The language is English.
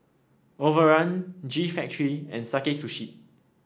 Overrun G Factory and Sakae Sushi